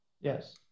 Yes